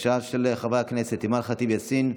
בקשה של חברת הכנסת אימאן ח'טיב יאסין,